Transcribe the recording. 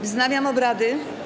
Wznawiam obrady.